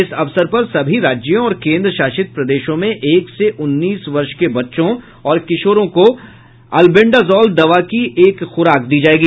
इस अवसर पर सभी राज्यों और केन्द्रशासित प्रदेशों में एक से उन्नीस वर्ष के बच्चों और किशोरों को अल्बेंडाजॉल दवा की एक खुराक दी जाएगी